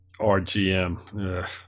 RGM